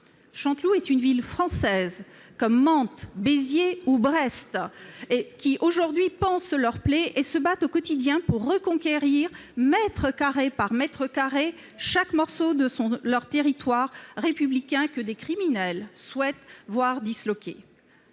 Chanteloup est une ville française comme Mantes, Béziers ou Brest, qui pansent leurs plaies et se battent au quotidien pour reconquérir, mètre carré par mètre carré, chaque morceau de leur territoire républicain que des criminels souhaitent voir disloqué.